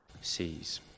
sees